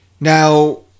Now